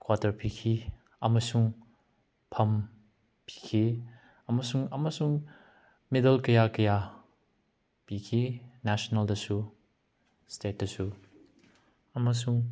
quarter ꯄꯤꯈꯤ ꯑꯃꯁꯨꯡ ꯐꯝ ꯄꯤꯈꯤ ꯑꯃꯁꯨꯡ ꯑꯃꯁꯨꯡ ꯃꯦꯗꯜ ꯀꯌꯥ ꯀꯌꯥ ꯄꯤꯈꯤ ꯅꯦꯁꯅꯦꯜꯗꯁꯨ ꯏꯁꯇꯦꯠꯇꯁꯨ ꯑꯃꯁꯨꯡ